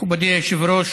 מכובדי היושב-ראש,